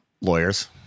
Lawyers